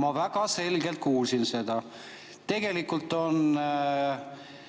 ma väga selgelt kuulsin seda. Tegelikult on